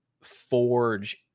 forge